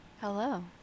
hello